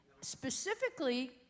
specifically